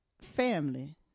family